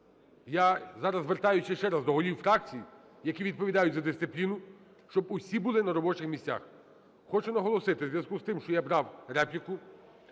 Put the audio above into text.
Я зараз звертаюсь іще раз до голів фракцій, які відповідають за дисципліну, щоб усі були на робочих місцях. Хочу наголосити: у зв'язку з тим що я брав репліку,